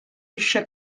eixa